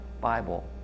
bible